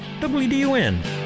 wdun